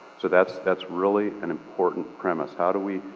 so that's that's really an important premise. how do we,